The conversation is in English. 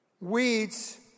Weeds